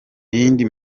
yindi